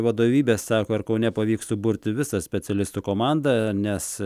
vadovybė sako ar kaune pavyks suburti visas specialistų komanda nes